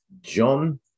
john